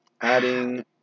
adding